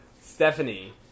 Stephanie